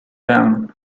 down